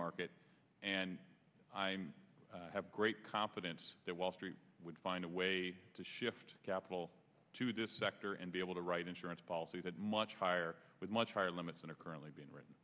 market and i have great confidence that wall street would find a way to shift capital to this sector and be able to write insurance policy that much higher with much higher limits that are currently being